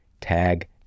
tag